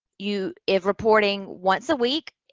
you, if reporting once a week,